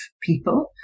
people